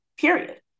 period